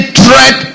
threat